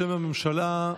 בשם הממשלה,